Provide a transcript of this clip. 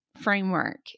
framework